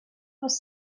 was